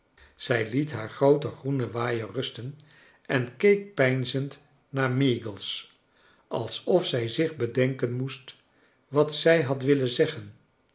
zij liet haar grooten groenen waaier rusten en keek peinzend naar meagles alsof zij zich bedenken moest wat zij had willen zeggen